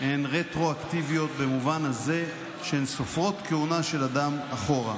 הן רטרואקטיביות במובן הזה שהן סופרות כהונה של אדם אחורה.